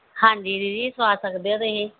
ਹਾਂਜੀ ਦੀਦੀ ਸੁਆ ਸਕਦੇ ਹੋ ਤੁਸੀਂ